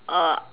err